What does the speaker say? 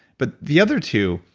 but the other two,